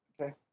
Okay